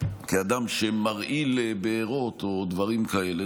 כאדם שמרעיל בארות או דברים כאלה,